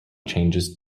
changes